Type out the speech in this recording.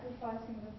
Sacrificing